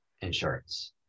insurance